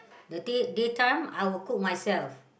the day daytime I will cook myself